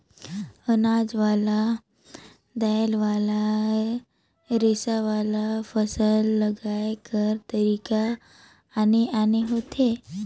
अनाज वाला, दायर वाला, रेसा वाला, फसल लगाए कर तरीका आने आने होथे